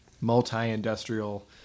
multi-industrial